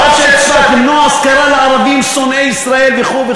הרב של צפת, למנוע השכרה לערבים שונאי ישראל וכו'.